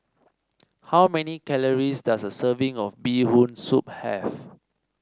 how many calories does a serving of Bee Hoon Soup have